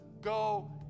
Go